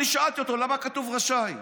אני שאלתי אותו: למה כתוב "רשאי"?